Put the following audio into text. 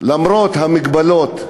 למרות המגבלות.